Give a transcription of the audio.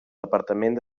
departament